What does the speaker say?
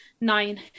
nine